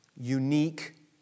unique